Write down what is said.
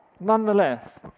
nonetheless